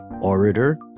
orator